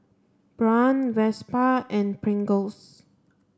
Braun Vespa and Pringles